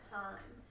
time